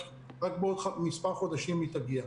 רק בעוד מספר חודשים היא תגיע.